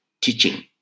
teaching